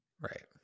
Right